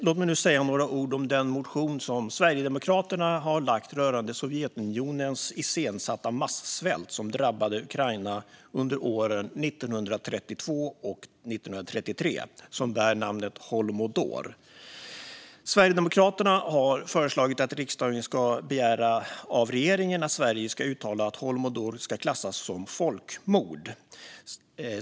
Låt mig nu säga några ord om den motion som Sverigedemokraterna har lagt fram rörande Sovjetunionens iscensatta massvält som drabbade Ukraina under åren 1932 och 1933 och som bär namnet holodomor. Sverigedemokraterna har föreslagit att riksdagen ska begära av regeringen att Sverige ska uttala att holodomor ska klassas som ett folkmord.